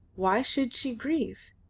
why should she grieve?